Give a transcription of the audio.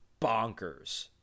bonkers